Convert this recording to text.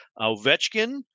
Ovechkin